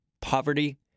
poverty